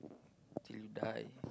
till you die